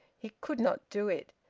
he could not do it.